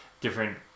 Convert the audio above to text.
different